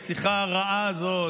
השיחה הרעה הזאת